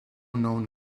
known